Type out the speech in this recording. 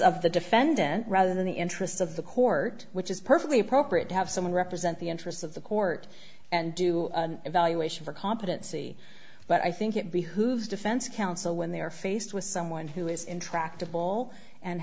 of the defendant rather than the interests of the court which is perfectly appropriate to have someone represent the interests of the court and do evaluation for competency but i think it behooves defense counsel when they are faced with someone who is intractable and